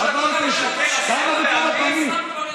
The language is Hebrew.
עברתי עליו כמה וכמה פעמים.